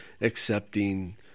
accepting